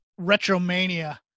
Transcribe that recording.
RetroMania